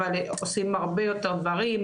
אבל עושים הרבה יותר דברים,